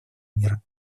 мира